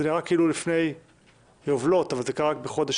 זה נראה לפני יובלות, אבל זה קרה רק בחודש